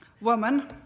Woman